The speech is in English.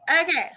Okay